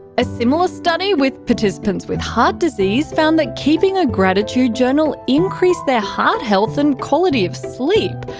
a similar study with participants with heart disease found that keeping a gratitude journal increased their heart health and quality of sleep,